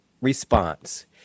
response